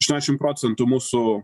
aštuoniasdešimt procentų mūsų